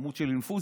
עמוד של אינפוזיה.